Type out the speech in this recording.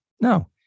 No